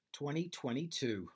2022